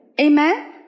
Amen